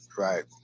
Right